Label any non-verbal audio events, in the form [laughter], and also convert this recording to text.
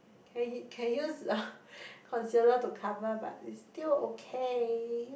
can use can use [breath] concealer to cover but it's still okay